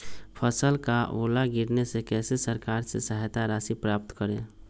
फसल का ओला गिरने से कैसे सरकार से सहायता राशि प्राप्त करें?